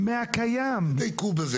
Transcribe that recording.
תתפלאו, שלושה אנשים הגיעו בינתיים.